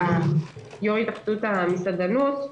יו"ר התאחדות המסעדנים,